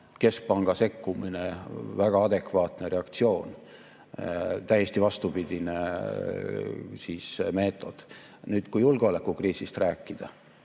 keskpanga sekkumine väga adekvaatne reaktsioon. Täiesti vastupidine meetod. Nüüd, kui julgeolekukriisist rääkida